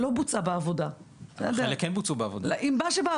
שלא בוצעה בעבודה --- הרוב זה בעבודה.